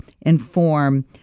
inform